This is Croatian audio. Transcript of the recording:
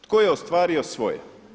Tko je ostvario svoje?